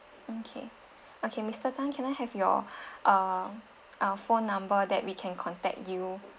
okay okay mr tan can I have your uh uh phone number that we can contact you